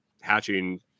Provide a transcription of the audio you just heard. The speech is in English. hatching